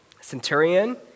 Centurion